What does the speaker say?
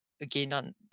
Again